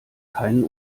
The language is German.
keinen